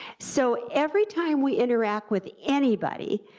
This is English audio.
so every time we interact with anybody,